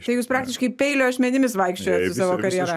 tai jūs praktiškai peilio ašmenimis vaikščiojot su savo karjera